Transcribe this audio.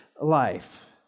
life